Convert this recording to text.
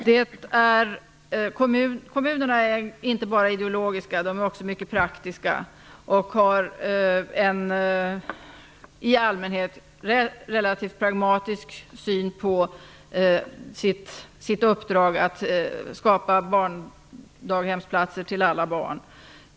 Herr talman! Kommunerna är inte bara ideologiska, de är också mycket praktiska och har en i allmänhet relativt pragmatisk syn på sitt uppdrag att skapa barndaghemsplatser till alla barn.